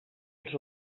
els